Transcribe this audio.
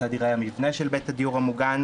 כיצד ייראה המבנה של בית הדיור המובן,